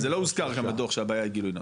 אז זה לא הוזכר בדוח שהבעיה הייתה גילוי נאות,